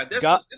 God